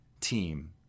team